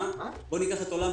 משכורת 13. מה אני אגיד להם,